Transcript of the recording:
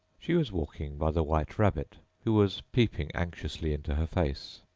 she was walking by the white rabbit, who was peeping anxiously into her face.